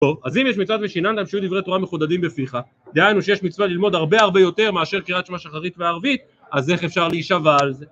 טוב, אז אם יש מצוות "ושננתם לשיהיו דברי תורה מחודדין בפיך", דהיינו שיש מצווה ללמוד הרבה הרבה יותר מאשר קריאה שמע של שחרית וערבית, אז איך אפשר להישבע על זה?!